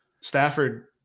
Stafford